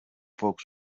folks